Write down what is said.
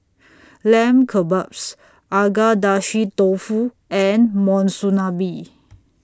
Lamb Kebabs Agedashi Dofu and Monsunabe